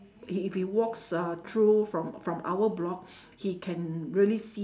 i~ if he walks uh through from from our block he can really see